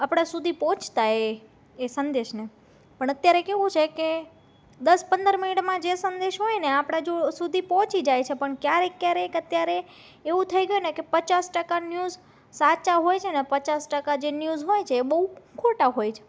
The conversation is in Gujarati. આપણા સુધી પહોંચતા એ એ સંદેશને પણ અત્યારે કેવું છેકે દસ પંદર મિનિટમાં જે સંદેશ હોયને આપણા જો સુધી પહોંચી જાય છે પણ ક્યારેક ક્યારેક અત્યારે એવું થઈ ગયુંને કે પચાસ ટકા ન્યૂઝ સાચા હોય છેને પચાસ ટકા જે ન્યૂઝ હોય છે એ બહુ ખોટા હોય છે